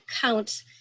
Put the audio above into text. count